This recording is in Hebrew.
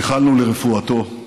ייחלנו לרפואתו.